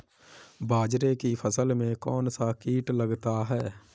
बाजरे की फसल में कौन सा कीट लगता है?